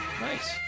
Nice